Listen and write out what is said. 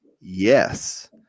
Yes